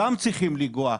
שם צריכים לנגוע,